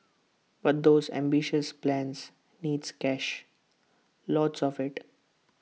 but those ambitious plans needs cash lots of IT